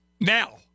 Now